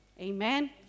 amen